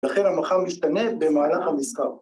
‫לכן המחר משתנה במהלך המסחר.